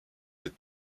des